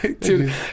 Dude